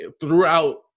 throughout